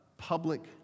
public